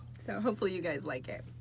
so, hopefully, you guys like it.